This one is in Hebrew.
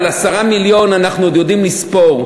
10 מיליון אנחנו עוד יודעים לספור,